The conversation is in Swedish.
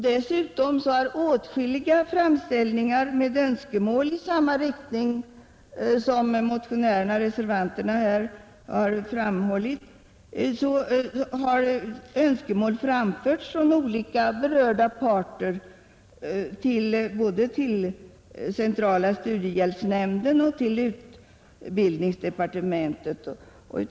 Dessutom har åtskilliga framställningar med önskemål i samma riktning som motionärerna och reservanterna här fört fram gjorts av olika berörda parter både till centrala studiehjälpsnämnden och till utbildningsdepartementet.